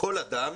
מכל אדם,